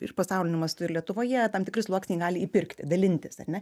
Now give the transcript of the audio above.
ir pasauliniu mastu ir lietuvoje tam tikri sluoksniai gali įpirkti dalintis ar ne